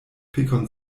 pekon